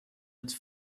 its